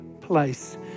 place